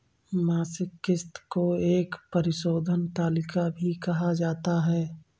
मासिक किस्त को एक परिशोधन तालिका भी कहा जाता है